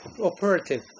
operative